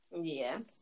Yes